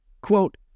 Quote